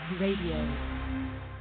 Radio